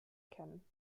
kennen